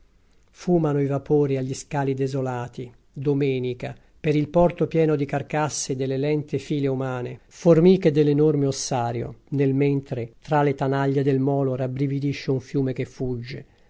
fumano i vapori agli scali desolati domenica per il porto pieno di carcasse delle lente file umane formiche dell'enorme ossario nel mentre tra le tanaglie del molo rabbrividisce un fiume che fugge